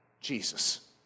Jesus